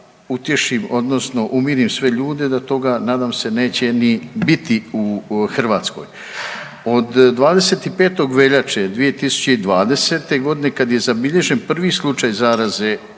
utješim odnosno umirim sve ljude da toga nadam se neće ni biti u Hrvatskoj. Od 25. veljače 2020. godine kad je zabilježen prvi slučaj zaraze